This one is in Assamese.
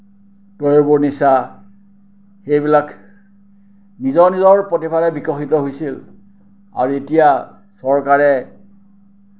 প্ৰিয়মণি শ্বাহ সেইবিলাক নিজৰ নিজৰ প্ৰতিভাৰে বিকশিত হৈছিল আৰু এতিয়া চৰকাৰে